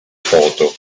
foto